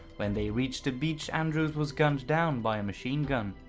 when they reached the beach, andrews was gunned down by a machinegun.